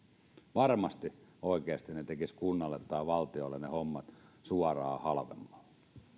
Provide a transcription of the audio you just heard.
varmasti oikeasti ne tekisivät kunnalle tai valtiolle ne hommat suoraan halvemmalla